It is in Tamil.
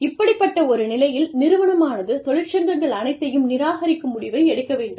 இப்படிப்பட்ட ஒரு நிலையில் நிறுவனமானது தொழிற்சங்கங்கள் அனைத்தையும் நிராகரிக்கும் முடிவை எடுக்க வேண்டும்